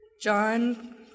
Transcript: John